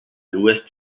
l’ouest